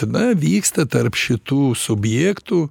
tada vyksta tarp šitų subjektų